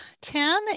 Tim